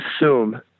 assume